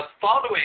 Following